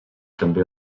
també